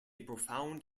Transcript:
profound